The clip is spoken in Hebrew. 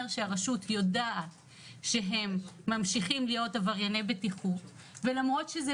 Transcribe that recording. שהרשות יודעת שהם ממשיכים להיות עברייני בטיחות ולמרות שזה